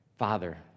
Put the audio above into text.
Father